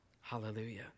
Hallelujah